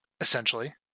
Essentially